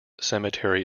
cemetery